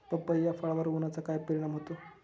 पपई या फळावर उन्हाचा काय परिणाम होतो?